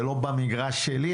זה לא במגרש שלי,